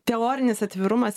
teorinis atvirumas